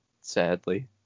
Sadly